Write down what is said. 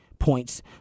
points